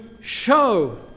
show